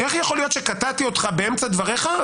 איך יכול להיות שקטעתי אותך באמצע דבריך,